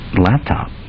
laptop